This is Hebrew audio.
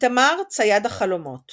איתמר צייד החלומות